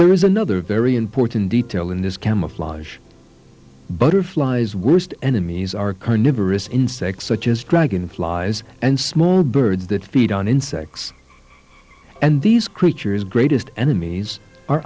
there is another very important detail in this camouflage butterflies worst enemies are carnivorous insects such as dragon flies and small birds that feed on insects and these creatures greatest enemies are